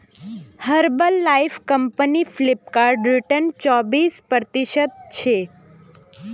herbal life company Flipkart return चोबीस प्रतिशतछे